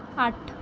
ਅੱਠ